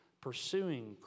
pursuing